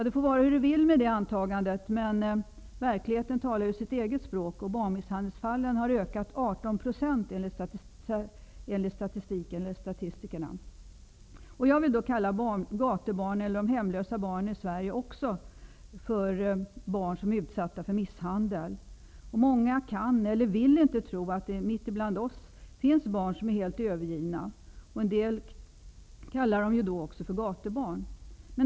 Det får vara hur det vill med det antagandet, men verkligheten talar sitt eget språk. Barnmisshandelsfallen har ökat med 18 % Jag vill då kalla gatubarnen eller de hemlösa barnen i Sverige för barn som är utsatta för misshandel. Många kan eller vill inte tro att det mitt ibland oss finns barn som är helt övergivna. En del kallar dem för gatubarn.